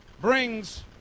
brings